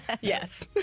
Yes